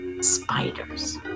spiders